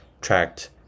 tracked